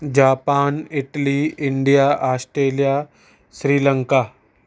Japan Italy India Australia Sri Lanka